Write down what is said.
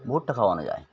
ভুট্টা খাওয়া যায়